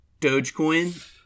Dogecoin